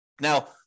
Now